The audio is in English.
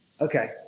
Okay